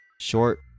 short